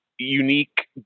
unique